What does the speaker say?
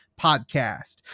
Podcast